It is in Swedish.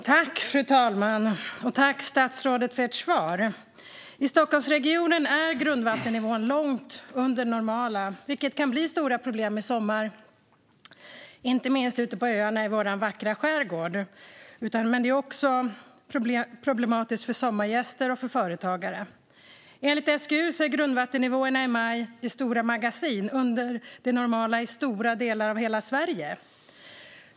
Fru talman! Jag tackar statsrådet för svaret. I Stockholmsregionen är grundvattennivån långt under den normala, vilket kan leda till stora problem i sommar, inte minst ute på öarna i vår vackra skärgård. Det är också problematiskt för sommargäster och företagare. Enligt SGU var grundvattennivåerna i maj i stora magasin under de normala i stora delar av hela Sverige.